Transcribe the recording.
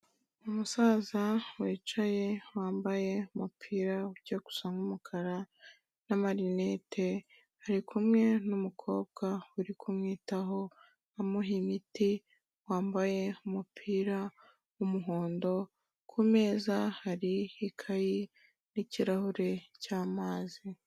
Umusaza wicaye wambaye umupira ijya gusa n'umukara n'amarinete, ari kumwe n'umukobwa uri kumwitaho amuha imiti, wambaye umupira w'umuhondo, ku meza hari ikayi n'ikirahure cy'amazi.